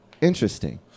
Interesting